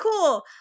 cool